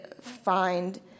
find